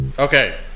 Okay